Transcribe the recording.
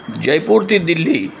જયપુરથી Delhi